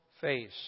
face